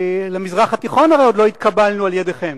למזרח התיכון הרי עוד לא התקבלנו על-ידיכם.